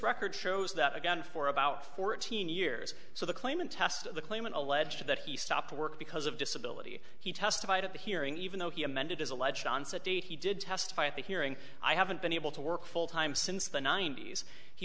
record shows that again for about fourteen years so the claim and test of the claimant alleged that he stopped work because of disability he testified at the hearing even though he amended his alleged onset date he did testify at the hearing i haven't been able to work full time since the ninety's he